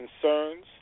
concerns